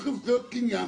יש לכם זכויות קניין.